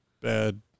bad